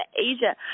Asia